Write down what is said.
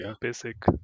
basic